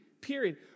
period